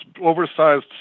oversized